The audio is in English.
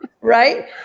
right